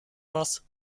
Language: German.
was